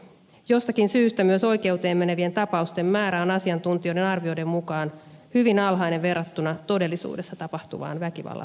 jostakin syystä myös oikeuteen menevien tapausten määrä on asiantuntijoiden arvioiden mukaan hyvin alhainen verrattuna todellisuudessa tapahtuvaan väkivallan määrään